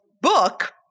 book